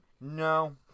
no